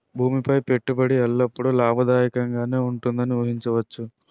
భూమి పై పెట్టుబడి ఎల్లప్పుడూ లాభదాయకంగానే ఉంటుందని ఊహించవచ్చు